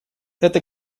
это